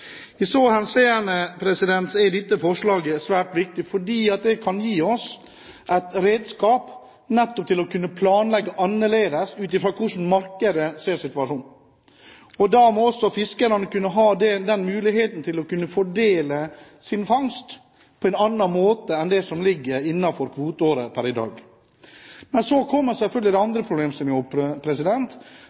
så henseende er dette forslaget svært viktig, fordi det kan gi oss et redskap nettopp for å kunne planlegge annerledes, ut fra hvordan markedet ser situasjonen. Da må også fiskerne ha mulighet til å kunne fordele fangsten sin på en annen måte enn det som ligger innenfor kvoteåret per i dag. Men så kommer selvfølgelig den andre problemstillingen opp, og det er at det ikke er sikkert at det er ideelt for alle fiskeslag. For torskefisken som